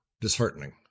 disheartening